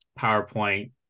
powerpoint